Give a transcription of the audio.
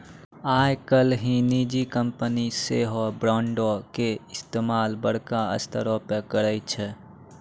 आइ काल्हि निजी कंपनी सेहो बांडो के इस्तेमाल बड़का स्तरो पे करै छै